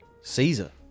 Caesar